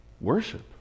worship